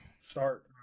start